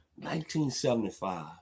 1975